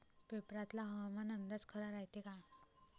पेपरातला हवामान अंदाज खरा रायते का?